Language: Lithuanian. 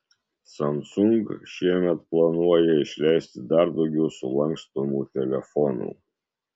samsung šiemet planuoja išleisti dar daugiau sulankstomų telefonų